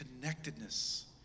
connectedness